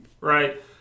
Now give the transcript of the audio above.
right